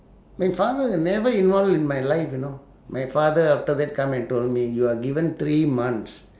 my father never in all in my life you know my father after that come and told me you are given three months